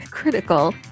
critical